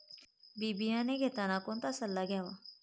बी बियाणे घेताना कोणाचा सल्ला घ्यावा?